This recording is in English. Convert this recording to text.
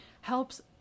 helps